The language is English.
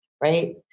right